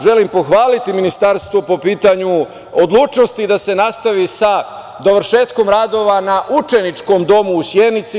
Želim pohvaliti ministarstvo po pitanju odlučnosti da se nastavi sa dovršetkom radova na učeničkom domu u Sjenici.